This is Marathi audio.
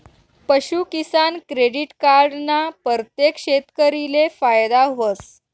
पशूकिसान क्रेडिट कार्ड ना परतेक शेतकरीले फायदा व्हस